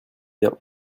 bien